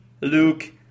Luke